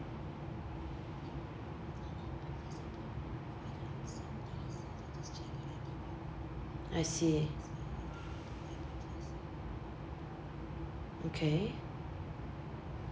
I see okay